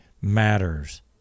matters